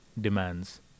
demands